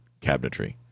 cabinetry